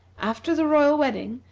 after the royal wedding,